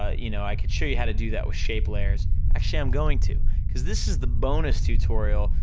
ah you know, i could show you how to do that with shape layers, actually i'm going to, cause this is the bonus tutorial,